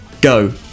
go